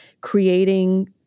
creating